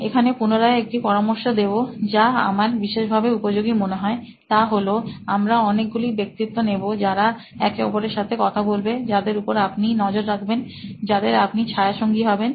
এখানে পুনরায় একটি পরামর্শ দেবো যা আমার বিশেষভাবে উপযোগী মনে হয় তাহলো আমরা অনেকগুলো ব্যক্তিত্ব নেবো যারা একে অপরের সাথে কথাবার্ত া বলবে যাদের উপর আপনি নজর রাখবেন যাদের আপনি ছায়াসঙ্গী হবেন